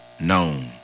known